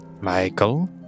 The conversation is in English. Michael